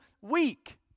weak